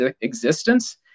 existence